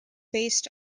based